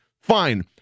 fine